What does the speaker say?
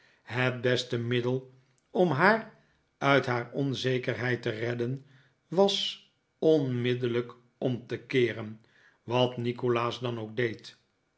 het beste middel om haar uit haar onzekerheid te redden was onmiddellijk om te keeren wat nikolaas dan ook deed